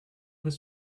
was